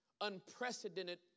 unprecedented